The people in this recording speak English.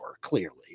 clearly